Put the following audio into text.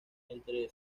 entre